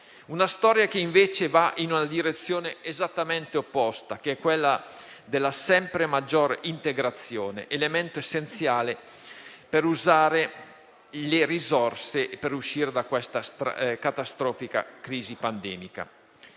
della storia, che va, invece, nella direzione esattamente opposta della sempre maggiore integrazione, elemento essenziale per usare le risorse per uscire da questa catastrofica crisi pandemica.